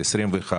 ל-21,